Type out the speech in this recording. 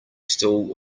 still